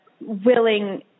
willing